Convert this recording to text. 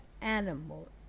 animal